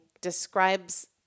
describes